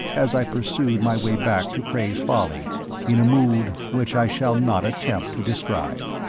as i pursued my way back to cray's folly in a mood which i shall not attempt to describe.